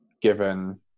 given